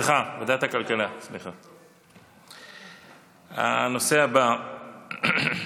הנושא הבא,